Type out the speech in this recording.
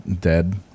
Dead